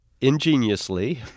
ingeniously